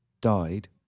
died